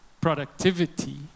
productivity